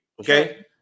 Okay